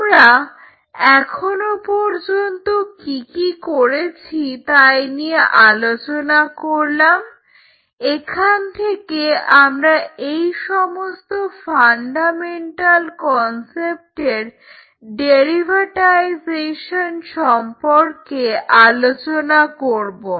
আমরা এখনো পর্যন্ত কি কি করেছি তাই নিয়ে আলোচনা করলাম এখান থেকে আমরা এই সমস্ত ফান্ডামেন্টাল কনসেপ্টের ডেরিভাটাইজেশন সম্পর্কে আলোচনা করব